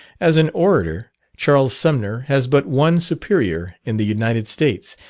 as an orator, charles sumner has but one superior in the united states,